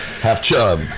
half-chub